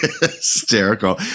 hysterical